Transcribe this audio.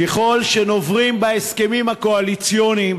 ככל שנוברים בהסכמים הקואליציוניים